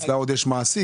אצלה עוד יש מעסיק,